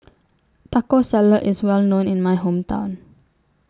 Taco Salad IS Well known in My Hometown